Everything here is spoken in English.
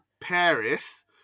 Paris